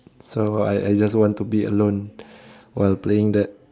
so I I just want to be alone while playing that